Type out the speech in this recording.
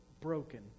broken